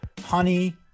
honey